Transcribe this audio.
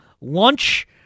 lunch